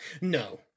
No